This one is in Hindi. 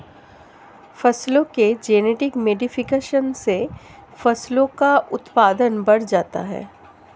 फसलों के जेनेटिक मोडिफिकेशन से फसलों का उत्पादन बढ़ जाता है